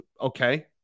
okay